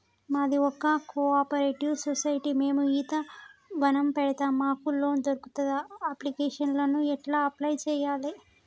మాది ఒక cooperative society మేము ఈత వనం పెడతం మాకు లోన్ దొర్కుతదా? అప్లికేషన్లను ఎట్ల అప్లయ్ చేయాలే?